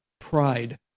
pride